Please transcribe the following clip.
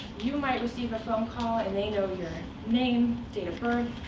you might receive a phone call, and they know your name, date of birth,